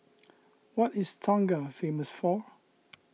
what is Tonga famous for